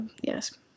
yes